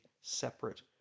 separate